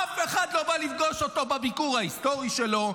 אף אחד לא בא לפגוש אותו בביקור ההיסטורי שלו.